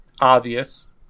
obvious